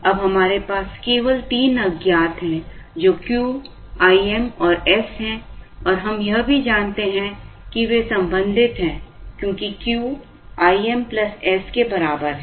अब हमारे पास केवल तीन अज्ञात हैं जो Q I m और s हैं और हम यह भी जानते हैं कि वे संबंधित हैं क्योंकि Q Im s के बराबर है